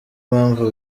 mpamvu